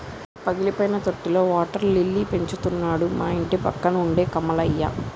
పగిలిపోయిన తొట్టిలో water lily పెంచుతున్నాడు మా ఇంటిపక్కన ఉండే కమలయ్య